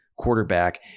quarterback